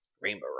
Rainbow